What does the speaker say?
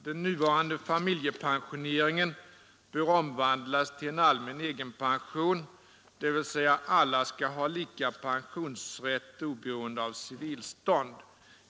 Den nuvarande familjepensioneringen bör omvandlas till en allmän egenpension, dvs. att alla skall ha lika pensionsrätt oberoende av civilstånd.